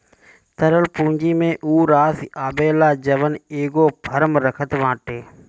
तरल पूंजी में उ राशी आवेला जवन की एगो फर्म रखत बाटे